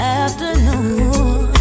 afternoon